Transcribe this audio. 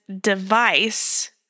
device